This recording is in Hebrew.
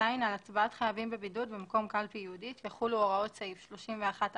(ז)על הצבעת חייבים בבידוד במקום קלפי ייעודית יחולו הוראות סעיף 31א(ו)